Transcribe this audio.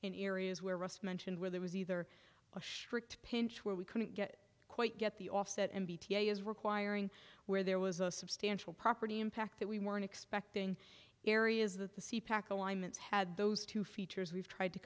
in areas where us mentioned where there was either a shrink to pinch where we couldn't get quite get the offset m b t is requiring where there was a substantial property impact that we weren't expecting areas that the had those two features we've tried to